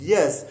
Yes